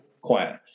quiet